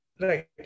Right